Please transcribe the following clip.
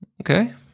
Okay